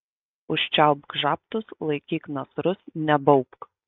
užčiaupk žabtus laikyk nasrus nebaubk